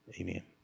Amen